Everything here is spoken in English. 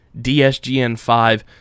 DSGN5